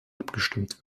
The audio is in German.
abgestimmt